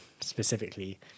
specifically